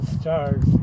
stars